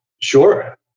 Sure